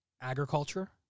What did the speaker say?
agriculture